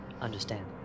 understand